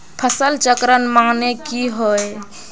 फसल चक्रण माने की होय?